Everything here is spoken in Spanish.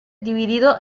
dividido